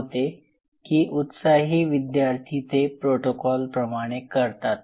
होते की उत्साही विद्यार्थी ते प्रोटोकॉल प्रमाणे करतात